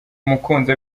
umukunzi